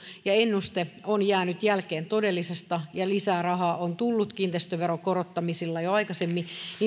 ja ennuste on jäänyt jälkeen todellisesta lisää rahaa on tullutkin kiinteistöveron korottamisilla jo aikaisemmin